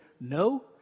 no